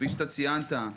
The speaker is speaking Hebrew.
כפי שציינת,